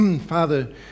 Father